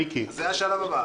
זה השלב הבא.